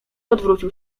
odwrócił